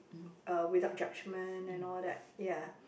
uh without judgment and all that ya